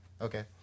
Okay